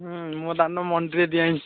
ହୁଁ ମୋ ଧାନ ମଣ୍ଡିରେ ଦିଆହେଇଛି